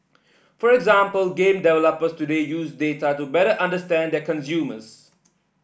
for example game developers today use data to better understand their consumers